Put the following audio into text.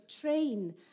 train